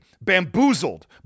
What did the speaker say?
bamboozled